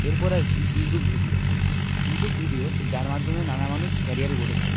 এরপর আসি YouTube video YouTube video যার মাধ্যমে নানা মানুষ ক্যারিয়ার গড়ে থাকে